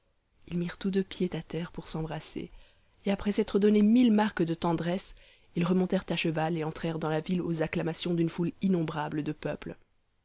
ils mirent tous deux pied à terre pour s'embrasser et après s'être donné mille marques de tendresse ils remontèrent à cheval et entrèrent dans la ville aux acclamations d'une foule innombrable de peuple